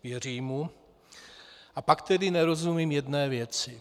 Věřím mu, a pak tedy nerozumím jedné věci.